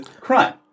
crime